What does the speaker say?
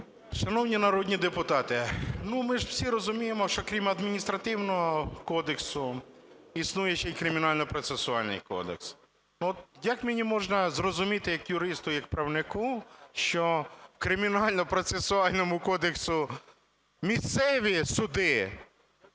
Шановні народні депутати, ну, ми ж усі розуміємо, що крім Адміністративного кодексу існує ще й Кримінально-процесуальний кодекс. От як мені можна зрозуміти як юристу, як правнику, що в Кримінально-процесуальному кодексі – місцеві суди,